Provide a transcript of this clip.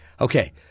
okay